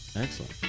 excellent